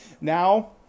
Now